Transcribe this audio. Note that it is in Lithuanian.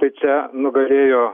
tai čia nugalėjo